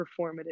performative